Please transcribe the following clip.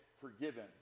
forgiven